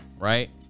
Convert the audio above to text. right